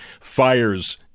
fires